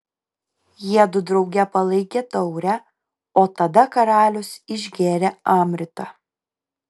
jiedu drauge palaikė taurę o tada karalius išgėrė amritą